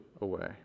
away